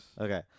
okay